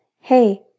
Hey